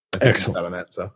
Excellent